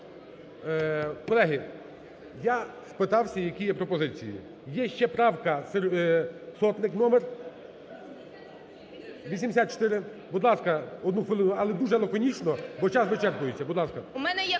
Колеги, я спитався, які є пропозиції. Є ще правка Сотник номер 84. Будь ласка, одну хвилину, але дуже лаконічно. Бо час вичерпується. Будь ласка.